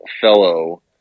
fellow